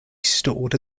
stored